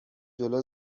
جلو